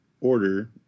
order